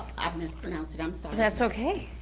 i mispronounced it, i'm sorry. that's okay,